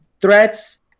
threats